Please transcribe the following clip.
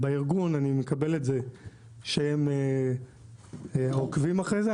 בארגון אני מקבל את זה שהם עוקבים אחרי זה,